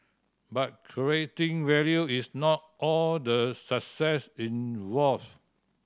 but creating value is not all the success involve